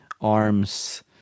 arms